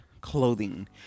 clothing